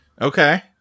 Okay